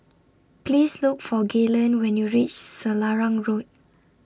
Please Look For Gaylen when YOU REACH Selarang Road